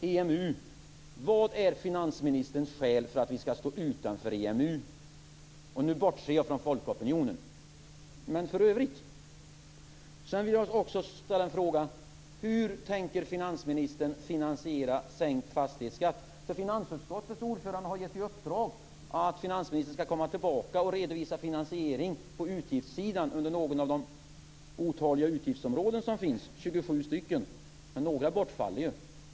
Vilka är finansministerns skäl för att Sverige skall stå utanför EMU? Nu bortser jag från folkopinionen, och menar för övrigt. Hur tänker finansministern finansiera sänkt fastighetsskatt? Finansutskottets ordförande har ju gett i uppdrag att finansministern skall komma tillbaka och redovisa finansiering på utgiftssidan under något av de otaliga utgiftsområden som finns - 27 stycken. Några bortfaller förstås.